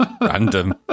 Random